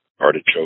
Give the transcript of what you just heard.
artichoke